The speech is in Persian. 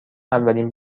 اولین